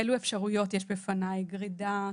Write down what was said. אילו אפשרויות יש בפניי גרדה,